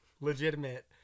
legitimate